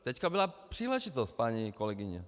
Teď byla příležitost, paní kolegyně.